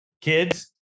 Kids